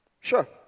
Sure